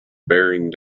bearing